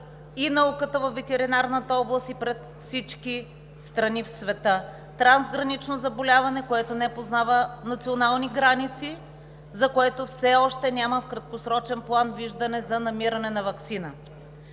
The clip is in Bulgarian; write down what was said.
науката във ветеринарната област, и пред всички страни в света – трансгранично заболяване, което не познава национални граници, за което в краткосрочен план все още няма виждане за намиране на ваксина.